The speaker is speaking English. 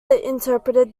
interpreted